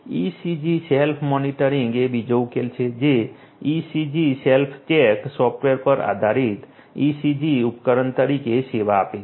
ECG self monitoring એ બીજો ઉકેલ છે જે ECG સેલ્ફ ચેક સોફ્ટવેર પર આધારિત ECG ઉપકરણ તરીકે સેવા આપે છે